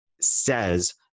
says